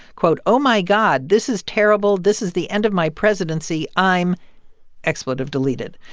quote, oh, my god. this is terrible. this is the end of my presidency. i'm expletive deleted.